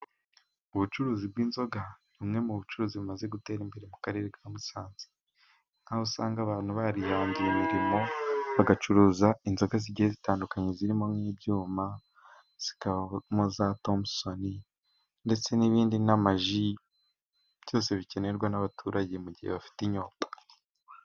Ubucuruzi bw'inzoga ni umwe mu bucuruzi bumaze gutera imbere mu karere ka musanze, nk'aho usanga abantu barihangiye imirimo bagacuruza inzoga zigiye zitandukanye zirimo n'ibyuma, zikamo za tomusoni ndetse n'ibindi n'amaji byose bikenerwa n'abaturage mu gihe bafite inyota.